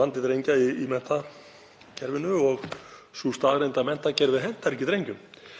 vandi drengja í menntakerfinu og sú staðreynd að menntakerfið hentar ekki drengjum